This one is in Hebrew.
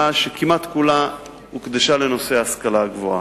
שכמעט כולה הוקדשה לנושא ההשכלה הגבוהה.